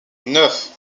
neuf